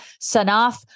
Sanaf